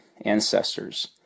ancestors